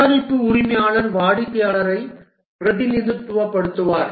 தயாரிப்பு உரிமையாளர் வாடிக்கையாளரை பிரதிநிதித்துவப்படுத்துபவர்